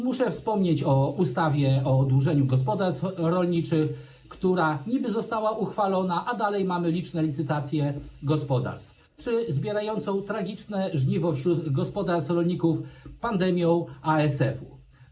Muszę wspomnieć o ustawie o oddłużeniu gospodarstw rolniczych, która niby została uchwalona, a dalej mamy liczne licytacje gospodarstw, czy o zbierającej tragiczne żniwo w gospodarstwach rolników pandemii ASF.